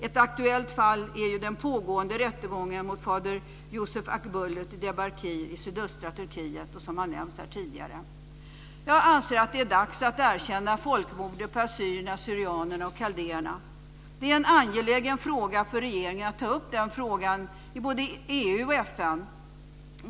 Ett aktuellt fall är den pågående rättegången mot fader Yusuf Akbulut i Diyarbakir i sydöstra Turkiet, som har nämnts här tidigare. Det är dags att erkänna folkmordet på assyrier/syrianer och kaldéer. Det är en angelägen fråga för regeringen att ta upp i EU och FN.